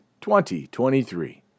2023